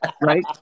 right